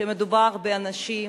שמדובר באנשים,